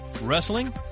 wrestling